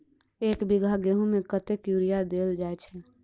एक बीघा गेंहूँ मे कतेक यूरिया देल जाय छै?